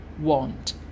want